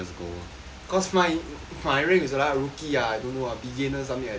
cause mine my rank is what rookie ah I don't know ah beginner something like that